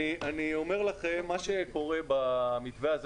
אני אומר לכם שמה שקורה במתווה הזה,